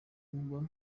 kuba